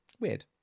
Weird